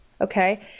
Okay